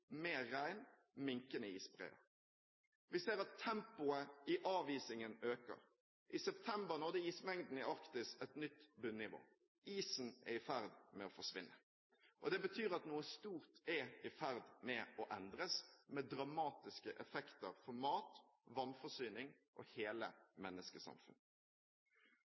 mer regn og minkende isbreer. Vi ser at tempoet i avisingen øker. I september nådde ismengden i Arktis et nytt bunnivå. Isen er i ferd med å forsvinne. Det betyr at noe stort er i ferd med å endres, med dramatiske effekter for mat, vannforsyning og hele